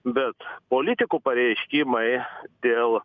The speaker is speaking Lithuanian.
bet politikų pareiškimai dėl